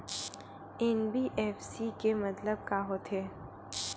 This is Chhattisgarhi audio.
एन.बी.एफ.सी के मतलब का होथे?